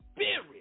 Spirit